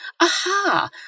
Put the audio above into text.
aha